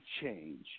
change